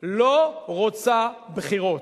לא רוצה בחירות.